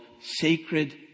Sacred